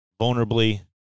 vulnerably